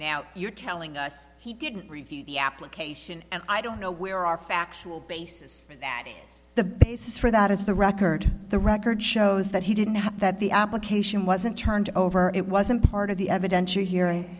now you're telling us he didn't review the application and i don't know where our factual basis the as for that is the record the record shows that he didn't have that the application wasn't turned over it wasn't part of the evidentiary hearing